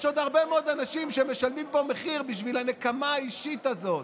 יש עוד הרבה מאוד אנשים שמשלמים פה מחיר בשביל הנקמה האישית הזאת.